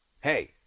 hey